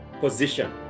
position